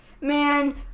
man